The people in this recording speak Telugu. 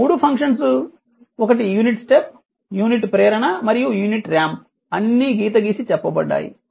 ఈ మూడు ఫంక్షన్స్ ఒకటి యూనిట్ స్టెప్ యూనిట్ ప్రేరణ మరియు యూనిట్ రాంప్ అన్నీ గీత గీసి చెప్పబడ్డాయి